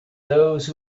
those